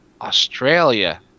Australia